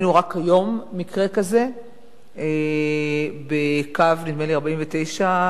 רק היום ראינו מקרה כזה בקו 49 בירושלים,